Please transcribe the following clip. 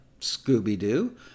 Scooby-Doo